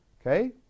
Okay